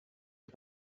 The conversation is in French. est